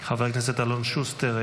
חבר הכנסת אלון שוסטר,